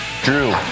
Drew